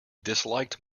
disliked